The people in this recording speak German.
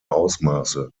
ausmaße